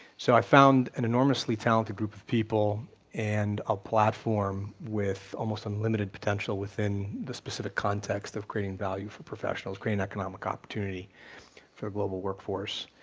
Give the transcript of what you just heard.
so i found an enormously talented group of people and a platform with almost unlimited potential within the specific context of creating value for professionals. creating economic opportunity for a global workforce.